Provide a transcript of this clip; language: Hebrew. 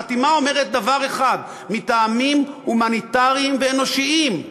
החתימה אומרת דבר אחד: מטעמים הומניטריים ואנושיים,